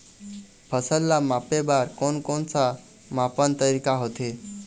फसल ला मापे बार कोन कौन सा मापन तरीका होथे?